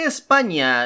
España